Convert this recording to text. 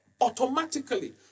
automatically